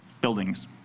buildings